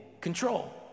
control